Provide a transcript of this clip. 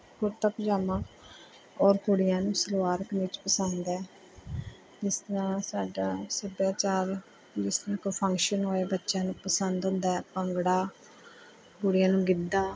ਕੁੜਤਾ ਪਜਾਮਾ ਔਰ ਕੁੜੀਆਂ ਨੂੰ ਸਲਵਾਰ ਕਮੀਜ਼ ਪਸੰਦ ਹੈ ਜਿਸ ਤਰ੍ਹਾਂ ਸਾਡਾ ਸੱਭਿਆਚਾਰ ਜਿਸ ਦਿਨ ਕੋਈ ਫੰਕਸ਼ਨ ਹੋਏ ਬੱਚਿਆਂ ਨੂੰ ਪਸੰਦ ਹੁੰਦਾ ਭੰਗੜਾ ਕੁੜੀਆਂ ਨੂੰ ਗਿੱਧਾ